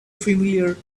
familiar